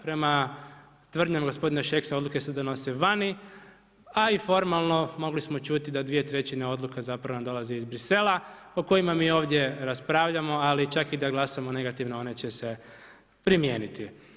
Prema tvrdnjama g. Šeksa, odluke se donose vani, a i formalno mogli smo čuti da dvije trećine odluka zapravo nad dolazi iz Bruxellesa, o kojima mi ovdje raspravljamo, ali čak i da glasamo negativno, one će se primijeniti.